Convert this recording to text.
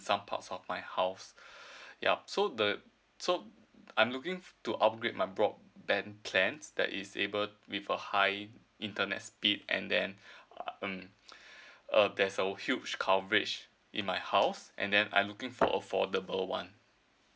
some parts of my house yup so the so I'm looking for to upgrade my broadband plans that is able with a high internet speed and then um there's a huge coverage in my house and then I'm looking for affordable one